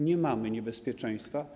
Nie mamy niebezpieczeństwa.